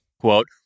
quote